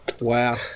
Wow